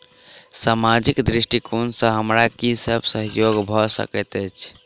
सामाजिक दृष्टिकोण सँ हमरा की सब सहयोग भऽ सकैत अछि?